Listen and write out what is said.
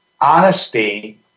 honesty